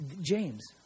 James